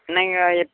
நீங்கள்